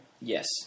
Yes